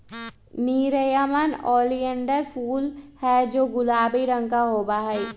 nerium oleander फूल हैं जो गुलाबी रंग के होबा हई